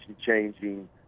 changing